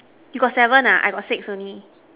you got seven ah I got six only